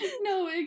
No